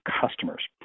customers